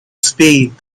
speed